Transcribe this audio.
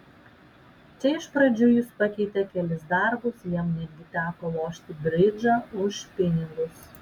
čia iš pradžių jis pakeitė kelis darbus jam netgi teko lošti bridžą už pinigus